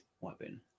weapon